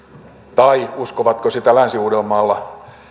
tai uskovatko sitä länsi uudellamaalla